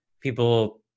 people